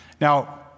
Now